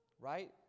right